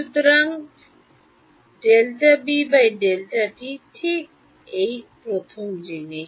সুতরাং ∂B ∂t ঠিক এটি প্রথম জিনিস